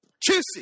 Juicy